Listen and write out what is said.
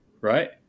right